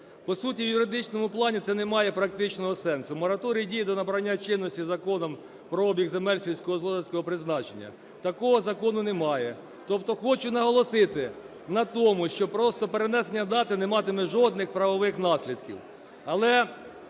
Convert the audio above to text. По суті, в юридичному плані це не має практичного сенсу. Мораторій діє до набрання чинності Законом про обіг земель сільськогосподарського призначення. Такого закону немає. Тобто хочу наголосити на тому, що просто перенесення дати не матиме жодних правових наслідків.